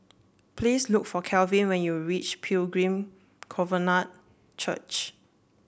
please look for Kelvin when you reach Pilgrim Covenant Church